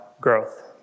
growth